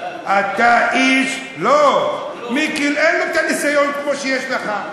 אתה איש, לא, מיקי אין לו הניסיון שיש לך.